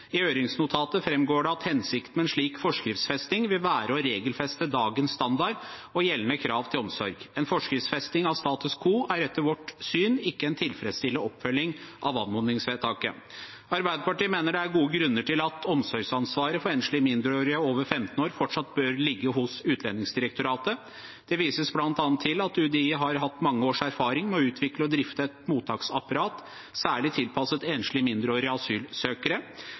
I høringsnotatet framgår det at hensikten med en slik forskriftsfesting vil være å regelfeste dagens standard og gjeldende krav til omsorg. En forskriftsfesting av status quo er etter vårt syn ikke en tilfredsstillende oppfølging av anmodningsvedtaket. Arbeiderpartiet mener det er gode grunner til at omsorgsansvaret for enslige mindreårige over 15 år fortsatt bør ligge hos Utlendingsdirektoratet. Det vises bl.a. til at UDI har hatt mange års erfaring med å utvikle og drifte et mottaksapparat særlig tilpasset enslige mindreårige asylsøkere.